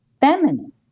feminine